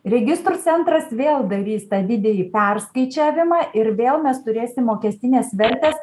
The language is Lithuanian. registrų centras vėl darys tą didįjį perskaičiavimą ir vėl mes turėsim mokestines vertes